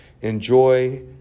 Enjoy